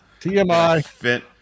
TMI